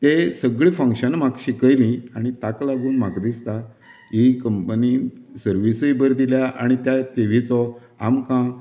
तें सगळीं फंक्शनां म्हाका शिकयलीं आनी ताका लागून म्हाका दिसता ही कंपनी सर्विसूय बरी दिल्या आनी त्या टिवीचो आमकां